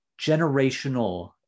generational